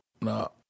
no